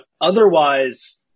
otherwise